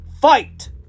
fight